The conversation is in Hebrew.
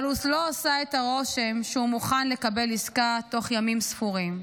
אבל הוא לא עשה את הרושם שהוא מוכן לקבל עסקה תוך ימים ספורים.